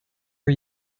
are